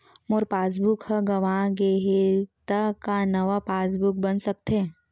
मोर passbook ह गंवा गे हे त का नवा पास बुक बन सकथे?